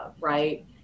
right